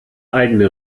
eigene